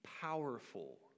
powerful